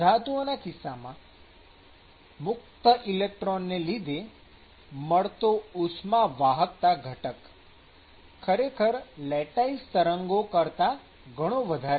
ધાતુઓના કિસ્સામાં મુક્ત ઇલેક્ટ્રોન ને લીધે મળતો ઉષ્માવાહકતા ઘટક ખરેખર લેટાઈસ તરંગો કરતા ઘણો વધારે છે